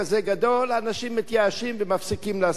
אנשים מתייאשים ומפסיקים לעשות את זה.